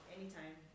Anytime